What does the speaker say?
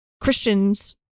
Christians